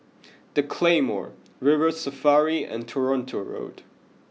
the Claymore River Safari and Toronto Road